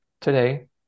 today